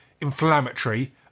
inflammatory